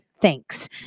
Thanks